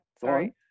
sorry